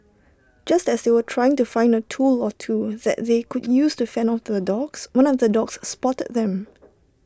just as they were trying to find A tool or two that they could use to fend off the dogs one of the dogs spotted them